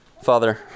Father